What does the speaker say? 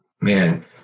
man